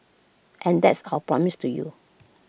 and that's our promise to you